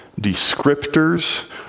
descriptors